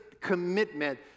commitment